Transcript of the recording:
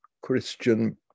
Christian